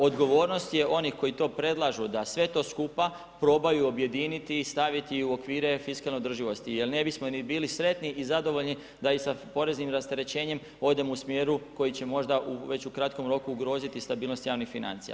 Odgovornost je onih koji to predlažu da sve to skupa probaju objediniti i staviti u okvire fiskalne održivosti jer ne bismo ni bili sretni i zadovoljni da i sa poreznim rasterećenjem odemo u smjeru koji će možda već u kratkom roku ugroziti stabilnost javnih financija.